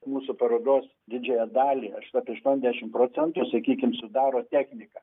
mūsų parodos didžiąją dalį aš apie aštuoniasdešim procentų sakykim sudaro technika